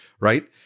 right